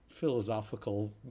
philosophical